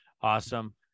Awesome